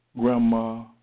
Grandma